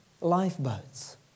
lifeboats